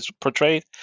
portrayed